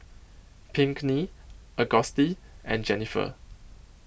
Pinkney Auguste and Jenniffer